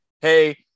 hey